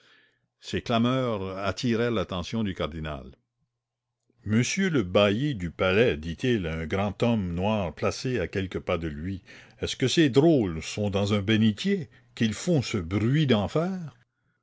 ces clameurs attirèrent l'attention du cardinal monsieur le bailli du palais dit-il à un grand homme noir placé à quelques pas de lui est-ce que ces drôles sont dans un bénitier qu'ils font ce bruit d'enfer